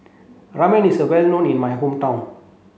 Ramen is well known in my hometown